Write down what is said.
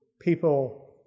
people